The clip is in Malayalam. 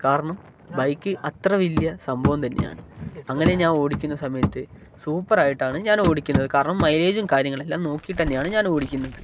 കാരണം ബൈക്ക് അത്ര വലിയ സംഭവം തന്നെയാണ് അങ്ങനെ ഞാൻ ഓടിക്കുന്ന സമയത്ത് സൂപ്പറായിട്ടാണ് ഞാൻ ഓടിക്കുന്നത് കാരണം മൈലേജും കാര്യങ്ങളെല്ലാം നോക്കിയിട്ട് തന്നെയാണ് ഞാൻ ഓടിക്കുന്നത്